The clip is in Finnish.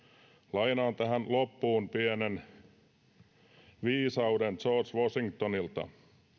lainaan tähän loppuun pienen viisauden george washingtonilta